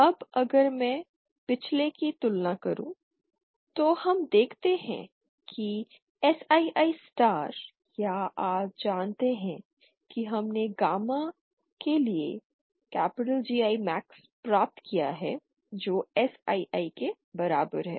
अब अगर मैं पिछले की तुलना करूं तो हम देखते हैं कि Sii सेंटर या आप जानते हैं कि हमने गामा के लिए GI मैक्स प्राप्त किया है जो Sii के बराबर है